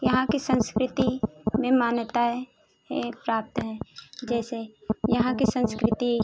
यहाँ के संस्कृति में मान्यताएँ एँ प्राप्त हैं जैसे यहाँ की संस्कृति